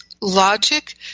logic